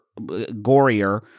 gorier